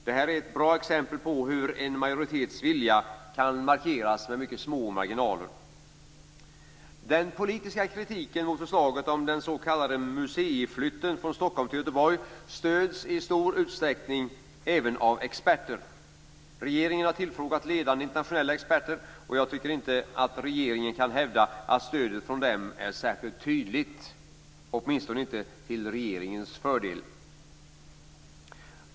Det här är ett bra exempel på hur en majoritets vilja kan markeras med mycket små marginaler. museiflytten från Stockholm till Göteborg stöds i stor utsträckning även av experter. Regeringen har tillfrågat ledande internationella experter, och jag tycker inte att regeringen kan hävda att stödet från dem är särskilt tydligt. Åtminstone inte till regeringens fördel.